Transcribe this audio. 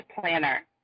planner